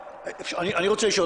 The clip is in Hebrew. אמיר, אני רוצה לשאול.